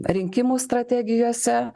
rinkimų strategijose